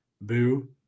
boo